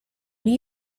new